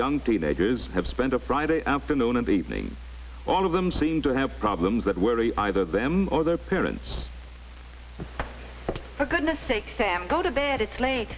young teenagers have spent a friday afternoon and evening all of them seem to have problems that worry either them or their parents oh goodness sake sam go to bed explain